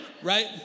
right